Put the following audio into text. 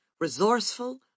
resourceful